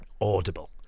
audible